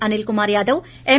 తెనిల్ Kumar Yadav ఎం